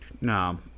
No